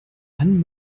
dann